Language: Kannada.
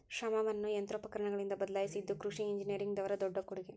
ಶ್ರಮವನ್ನಾ ಯಂತ್ರೋಪಕರಣಗಳಿಂದ ಬದಲಾಯಿಸಿದು ಕೃಷಿ ಇಂಜಿನಿಯರಿಂಗ್ ದವರ ದೊಡ್ಡ ಕೊಡುಗೆ